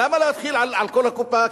למה להתחיל על כל הקופה,